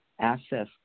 access